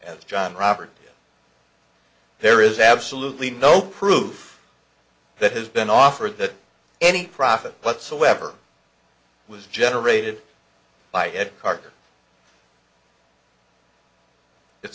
as john roberts there is absolutely no proof that has been offered that any profit whatsoever was generated by ed carter i